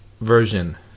Version